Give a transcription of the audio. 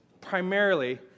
primarily